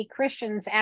Christians